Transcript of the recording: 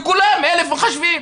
לכולם אין מחשבים.